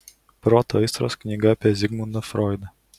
proto aistros knyga apie zigmundą froidą